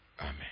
Amen